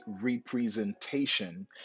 representation